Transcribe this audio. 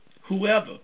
whoever